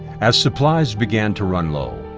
as supplies began to run low,